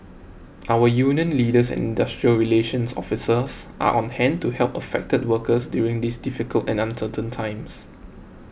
our union leaders and industrial relations officers are on hand to help affected workers during these difficult and uncertain times